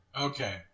Okay